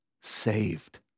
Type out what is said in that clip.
saved